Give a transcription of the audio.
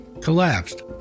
collapsed